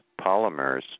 polymers